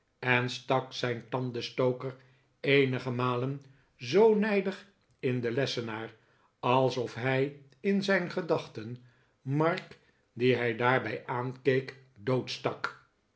en stak zijn tandenstoker eenige malen zoo nijdig in den lessenaar alsof hij in zijn gedachten mark dien hij daarbij aankeek